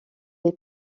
est